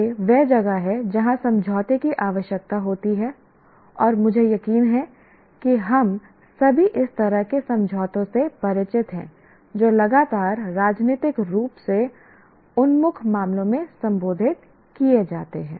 यह वह जगह है जहां समझौते की आवश्यकता होती है और मुझे यकीन है कि हम सभी इस तरह के समझौतों से परिचित हैं जो लगातार राजनीतिक रूप से उन्मुख मामलों में संबोधित किए जाते हैं